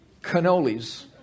cannolis